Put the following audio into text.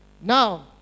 Now